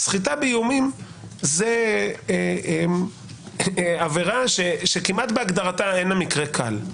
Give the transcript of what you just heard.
סחיטה באיומים זו עבירה שכמעט בהגדרתה איננה מקרה קל.